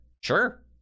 sure